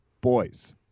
Boys